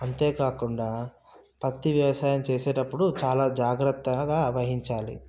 అంతేకాకుండా పత్తి వ్యవసాయం చేసేటప్పుడు చాలా జాగ్రత్తగా వహించాలి